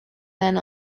then